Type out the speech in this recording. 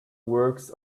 works